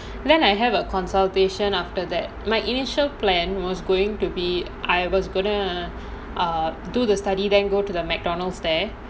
then I have a consultation after that my initial plan was going to be I was gonna ah err do the study then go to the McDonald's there